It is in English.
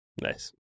Nice